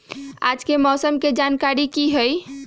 आज के मौसम के जानकारी कि हई?